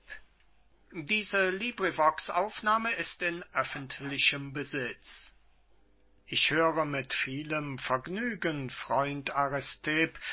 vii hippias an aristipp ich höre mit vielem vergnügen freund